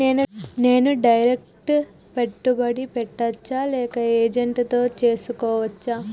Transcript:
నేను డైరెక్ట్ పెట్టుబడి పెట్టచ్చా లేక ఏజెంట్ తో చేస్కోవచ్చా?